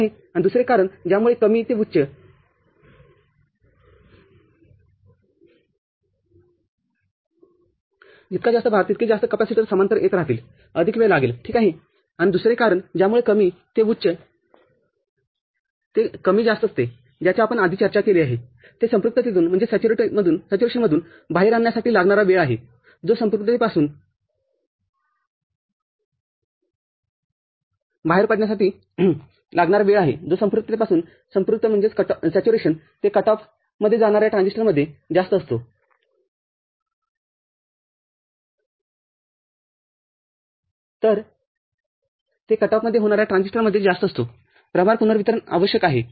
आणि दुसरे कारण ज्यामुळे कमीते उच्च हे उच्च ते कमी जास्त असते ज्याची आपण आधी चर्चा केली आहे ते संपृक्ततेतून बाहेर आणण्यासाठी लागणारा वेळ आहेजो संपृक्ततेपासून संपृक्तते कट ऑफ मध्ये येणाऱ्या ट्रान्झिस्टरमध्ये जास्त असतो प्रभार पुनर्वितरण आवश्यक आहे